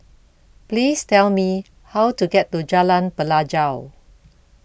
please tell me how to get to Jalan Pelajau